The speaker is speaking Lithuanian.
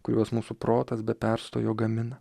kuriuos mūsų protas be perstojo gamina